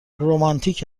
رومانتیک